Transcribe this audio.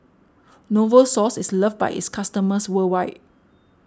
Novosource is loved by its customers worldwide